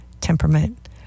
temperament